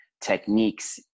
techniques